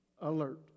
Alert